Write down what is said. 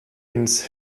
ins